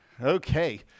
okay